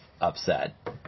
upset